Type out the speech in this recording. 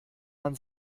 man